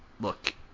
look